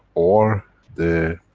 or the.